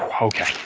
ok.